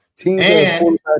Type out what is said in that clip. Teams